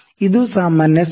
ಇದು ಸಾಮಾನ್ಯ ಸೂತ್ರ